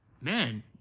Man